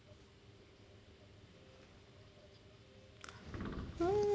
hmm